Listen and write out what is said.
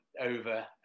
over